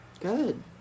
Good